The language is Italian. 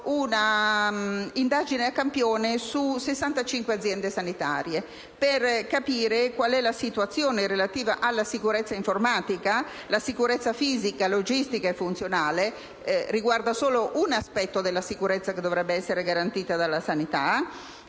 un'indagine a campione su 65 aziende sanitarie, per capire qual è la situazione relativa alla loro sicurezza informatica (la sicurezza fisica, logistica e funzionale riguarda solo un aspetto della sicurezza che dovrebbe essere garantita dalla sanità).